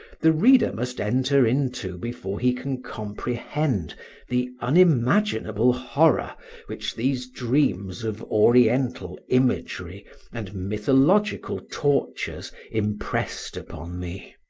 the reader must enter into before he can comprehend the unimaginable horror which these dreams of oriental imagery and mythological tortures impressed upon me.